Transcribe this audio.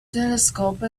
telescope